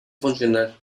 funcionar